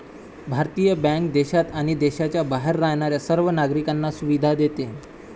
भारतीय बँक देशात आणि देशाच्या बाहेर राहणाऱ्या सर्व नागरिकांना सुविधा देते